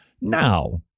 Now